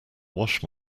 wash